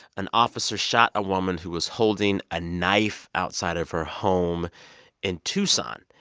an officer shot a woman who was holding a knife outside of her home in tucson.